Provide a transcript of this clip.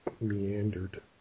meandered